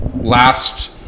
last